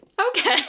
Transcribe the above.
okay